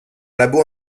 labo